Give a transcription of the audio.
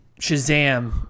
Shazam